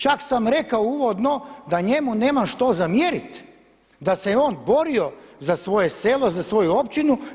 Čak sam rekao uvodno da njemu nemam što zamjeriti, da se je on borio za svoje selo, za svoju općinu.